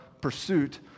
pursuit